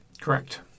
Correct